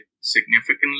significantly